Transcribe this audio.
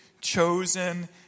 chosen